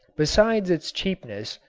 besides its cheapness,